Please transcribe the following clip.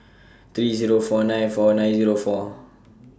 three Zero four nine four nine Zero four